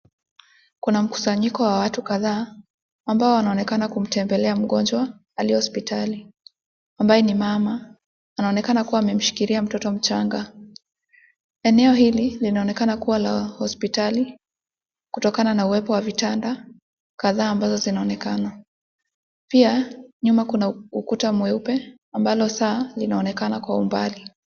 Kuna mkusanyiko wa watu kadhaa ambao wanaonekana kumtembelea mgonjwa aliye hospitali ambaye ni mama. Anaonekana kuwa amemshikilia mtoto mchanga. Eneo hili linaonekana kuwa la hospitali kutokana na uwepo wa vitanda kadhaa ambazo zinaonekana. Pia nyuma kuna ukuta mweupe ambalo saa linaonekana kwa umbali.